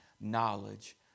knowledge